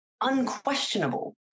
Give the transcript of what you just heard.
unquestionable